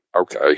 Okay